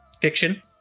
fiction